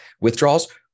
withdrawals